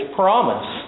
promise